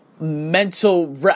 mental